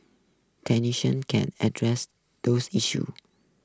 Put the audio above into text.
can address those issues